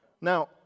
Now